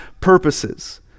purposes